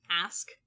ask